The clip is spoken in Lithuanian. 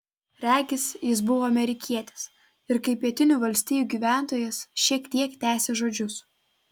regis jis buvo amerikietis ir kaip pietinių valstijų gyventojas šiek tiek tęsė žodžius